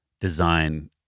design